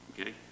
Okay